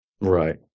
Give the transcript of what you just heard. Right